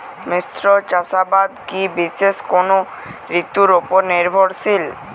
মিশ্র চাষাবাদ কি বিশেষ কোনো ঋতুর ওপর নির্ভরশীল?